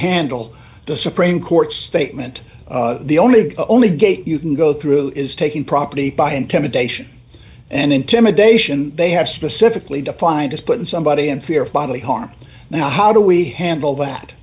handle the supreme court's statement the only the only gate you can go through is taking property by intimidation and intimidation they have specifically defined as putting somebody in fear finally harm now how do we handle that